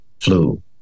flu